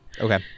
okay